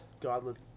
godless